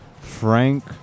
Frank